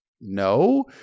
No